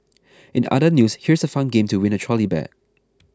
in other news here's a fun game to win a trolley bag